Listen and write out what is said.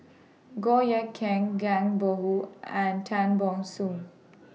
Goh Eck Kheng Zhang Bohe and Tan Ban Soon